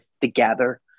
together